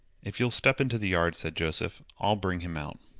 if you'll step into the yard, said joseph, i'll bring him out.